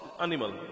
Animal